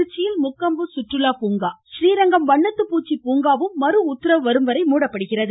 திருச்சியில் முக்கொம்பு சுற்றுலா பூங்கா றீரங்கம் வண்ணத்துப்பூச்சி பூங்காவும் மறுஉத்தரவு வரும் வரை மூடப்படுகிறது